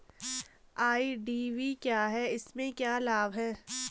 IDV क्या है इसमें क्या लाभ है?